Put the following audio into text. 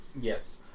Yes